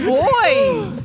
boys